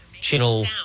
channel